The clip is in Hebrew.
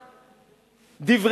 אחת, הם פשוט יצאו החוצה.